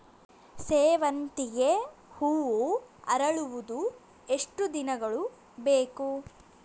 ಸೇವಂತಿಗೆ ಹೂವು ಅರಳುವುದು ಎಷ್ಟು ದಿನಗಳು ಬೇಕು?